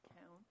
count